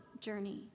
journey